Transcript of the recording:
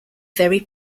very